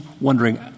wondering